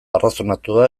arrazonatua